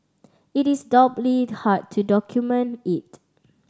it is doubly hard to document it